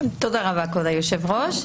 תודה רבה, כבוד היושב-ראש.